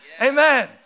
amen